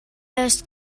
les